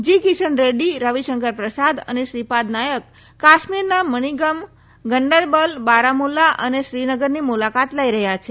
જી કિશન રેડ્ડી રવિશંકર પ્રસાદ અને શ્રી પાદ નાયક કાશ્મીરના જાણીગમ ગંડરબલ બારામુલ્લા અને શ્રીનગરની મુલાકાત લઈ રહ્યા છે